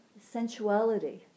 sensuality